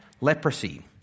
leprosy